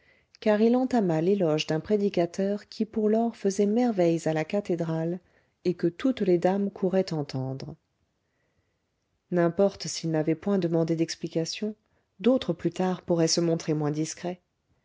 car il entama l'éloge d'un prédicateur qui pour lors faisait merveilles à la cathédrale et que toutes les dames couraient entendre n'importe s'il n'avait point demandé d'explications d'autres plus tard pourraient se montrer moins discrets